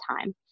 time